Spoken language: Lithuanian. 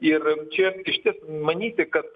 ir čia išties manyti kad